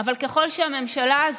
אבל ככל שהממשלה הזאת,